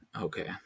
Okay